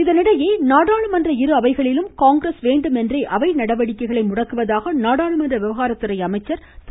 அனந்த்குமார் இதனிடையே நாடாளுமன்ற இரு அவைகளிலும் காங்கிரஸ் வேண்டுமென்றே அவை நடவடிக்கைகளை முடக்குவதாக நாடாளுமன்ற விவகாரத்துறை அமைச்சர் திரு